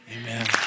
Amen